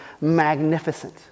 magnificent